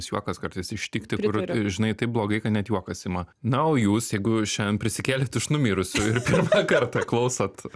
juokas kartais ištikti kur žinai taip blogai kad net juokas ima na o jūs jeigu šiandien prisikėlėt iš numirusiųjų ir pirmą kartą klausot